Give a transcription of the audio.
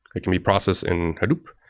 it can be processed in hadoop.